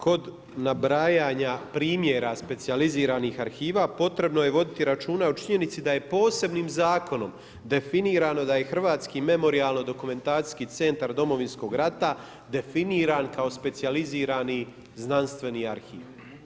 Kod nabrajanja primjera specijaliziranih arhiva, potrebno je voditi računa o činjenici da je posebnim zakonom definirano da je Hrvatski memorijalno-dokumentacijski centar Domovinskog rata definiran kao specijalizirani znanstveni arhiv.